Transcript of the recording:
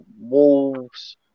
Wolves